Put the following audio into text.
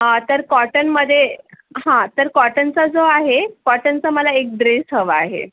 तर कॉटनमध्ये हा तर कॉटनचा जो आहे कॉटनचा मला एक ड्रेस हवा आहे